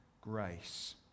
grace